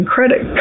Credit